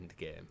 Endgame